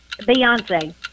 Beyonce